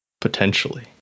potentially